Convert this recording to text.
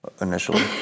initially